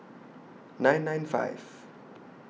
nine nine five